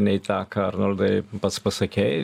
nei tą ką arnoldai pats pasakei